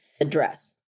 address